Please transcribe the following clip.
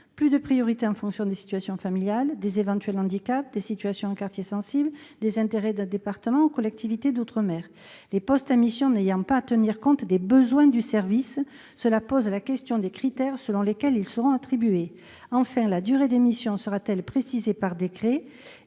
plus de priorité en fonction des situations familiales, des éventuels handicaps, de l'affectation en quartier sensible, des intérêts d'un département ou d'une collectivité d'outre-mer. Les postes à mission n'ont pas à tenir compte des besoins de service, ce qui pose la question des critères selon lesquels ils seront octroyés. La durée des missions sera-t-elle précisée par décret ?